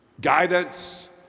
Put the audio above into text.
guidance